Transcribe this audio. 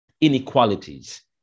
inequalities